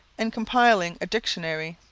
and compiling a dictionary.